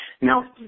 Now